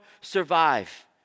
survive